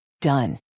Done